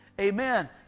amen